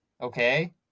Okay